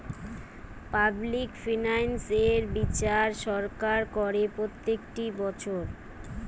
public finance এর বিচার সরকার করে প্রত্যেকটি বছর